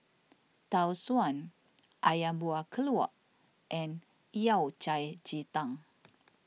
Tau Suan Ayam Buah Keluak and Yao Cai Ji Tang